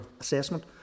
assessment